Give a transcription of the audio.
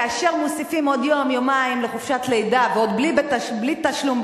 כאשר מוסיפים עוד יום-יומיים לחופשת הלידה ועוד בלי תשלום,